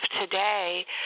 today